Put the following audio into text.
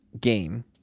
game